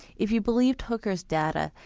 if you believed hooker's data,